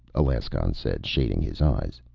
alaskon said, shading his eyes.